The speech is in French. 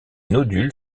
nodules